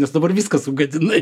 nes dabar viską sugadinai